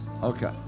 okay